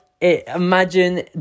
imagine